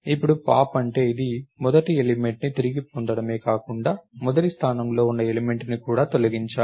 ఇప్పుడు పాప్ అంటే ఇది మొదటి ఎలిమెంట్ ని తిరిగి పొందడమే కాకుండా మొదటి స్థానంలో ఉన్న ఎలిమెంట్ ని కూడా తొలగించాలి